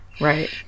Right